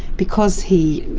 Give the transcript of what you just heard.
because he,